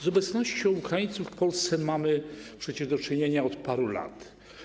Z obecnością Ukraińców w Polsce mamy przecież do czynienia od paru lat.